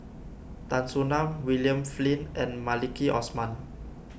Tan Soo Nan William Flint and Maliki Osman